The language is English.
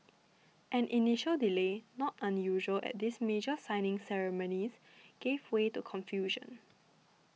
an initial delay not unusual at these major signing ceremonies gave way to confusion